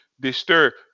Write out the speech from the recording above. disturb